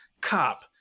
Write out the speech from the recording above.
cop